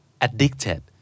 addicted